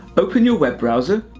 open your web browser